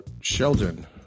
Sheldon